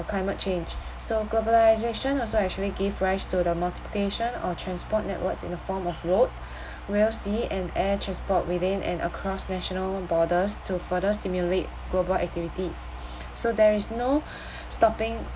climate change so globalization also actually gave rise to the multiplication or transport networks in the form of road rail sea and air transport within and across national borders to further stimulate global activities so there is no stopping